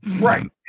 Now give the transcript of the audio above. Right